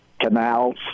canals